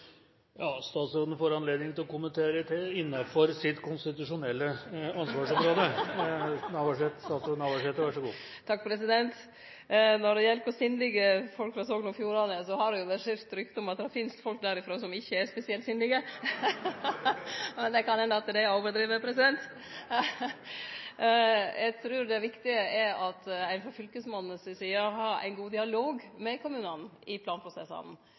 Statsråden får anledning til å kommentere innenfor sitt konstitusjonelle ansvarsområde. Når det gjeld kor sindige folk frå Sogn og Fjordane er, har det versert rykte om at det finst folk derifrå som ikkje er spesielt sindige, men kan hende er dei litt overdrivne. Eg trur det viktige er at ein frå fylkesmannen si side har ein god dialog med kommunane i planprosessane,